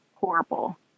horrible